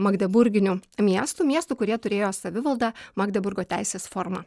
magdeburginių miestų miestų kurie turėjo savivaldą magdeburgo teisės forma